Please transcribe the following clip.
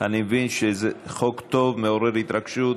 אני מבין שזה חוק טוב, מעורר התרגשות,